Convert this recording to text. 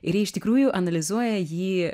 ir jie iš tikrųjų analizuoja jį